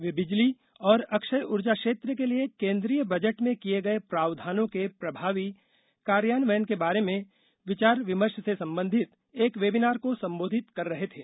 वे बिजली और अक्षय ऊर्जा क्षेत्र के लिए केन्द्रीय बजट में किए गए प्रावधानों के प्रभावी कार्यान्वयन के बारे में विचार विमर्श से संबंधित एक वेबीनार को संबोधित कर रहे थे